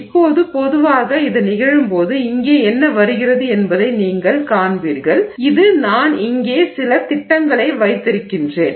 இப்போது பொதுவாக இது நிகழும்போது இங்கே என்ன வருகிறது என்பதை நீங்கள் காண்பீர்கள் இது நான் இங்கே சில திட்டங்களை வைத்திருக்கிறேன்